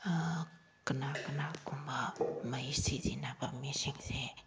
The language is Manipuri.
ꯀ ꯅꯥ ꯀꯅꯥꯒꯨꯝꯕ ꯃꯩ ꯁꯤꯖꯤꯟꯅꯕ ꯃꯤꯁꯤꯡꯁꯦ